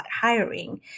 hiring